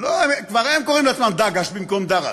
כבר הם קוראים לעצמם דגאש במקום דרעש.